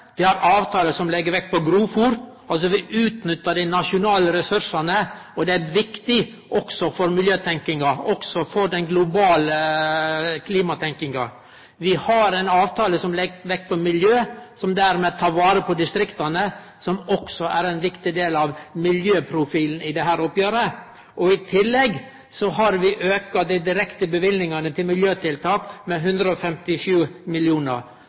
som legg vekt på grovfôr – vi nyttar dei nasjonale ressursane, og det er viktig også for miljøtenkinga og for den globale klimatenkinga. Vi har ein avtale som legg vekt på miljø, og som dermed tek vare på distrikta, som også er ein viktig del av miljøprofilen i dette oppgjeret. I tillegg har vi auka dei direkte løyvingane til miljøtiltak med 157